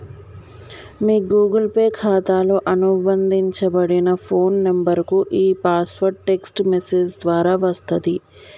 మీ Google Pay ఖాతాతో అనుబంధించబడిన phone నంబర్కు ఈ పాస్వర్డ్ టెక్ట్స్ మెసేజ్ ద్వారా వస్తది